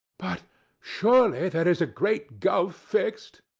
but surely there is a great gulf fixed.